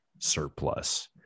surplus